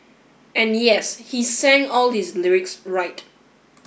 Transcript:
and yes he sang all his lyrics right